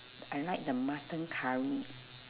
I like the mutton curry